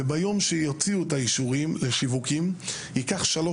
מיום שיוציאו את האישורים לשיווקים ייקח שלוש